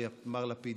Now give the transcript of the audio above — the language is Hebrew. מר לפיד,